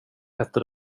heter